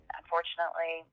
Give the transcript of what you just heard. unfortunately